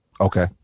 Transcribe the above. Okay